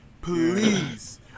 Please